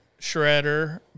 Shredder